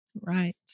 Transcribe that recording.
Right